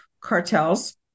cartels